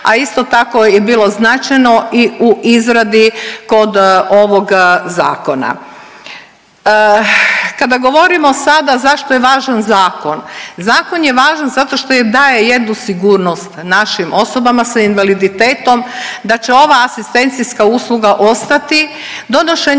a isto tako je bilo i značajno i u izradi kod ovog zakona. Kada govorimo sada zašto je važan zakon, zakon je važan zato što daje jednu sigurnost našim osobama sa invaliditetom da će ova asistencijska usluga ostati. Donošenjem